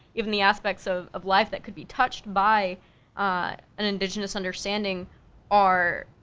even the aspects of of life that could be touched by an indigenous understanding are,